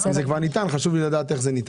אם זה ניתן, חשוב לי לדעת איך זה ניתן.